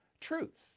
truth